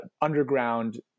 underground